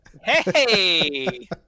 Hey